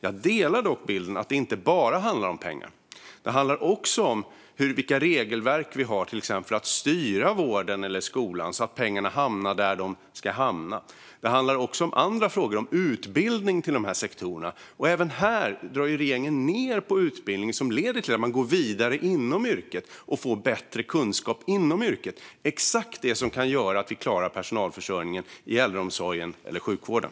Jag delar dock bilden att det inte bara handlar om pengar. Det handlar också om vilka regelverk som vi har till exempel för att styra vården eller skolan, så att pengarna hamnar där de ska hamna. Det handlar också om andra frågor, om utbildning inom dessa sektorer. Även här drar regeringen ned på utbildning som leder till att människor kan gå vidare inom yrket och får bättre kunskaper inom yrket, alltså exakt det som kan göra att vi klarar personalförsörjningen i äldreomsorgen och i sjukvården.